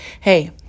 Hey